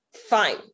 fine